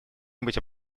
нибудь